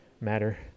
matter